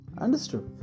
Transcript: Understood